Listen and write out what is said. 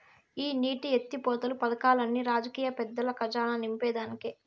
ఈ నీటి ఎత్తిపోతలు పదకాల్లన్ని రాజకీయ పెద్దల కజానా నింపేదానికే